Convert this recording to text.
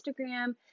Instagram